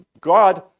God